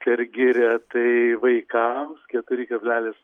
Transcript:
per girią tai vaikam keturi kablelis